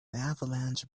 avalanche